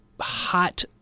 hot